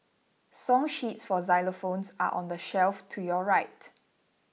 song sheets for xylophones are on the shelf to your right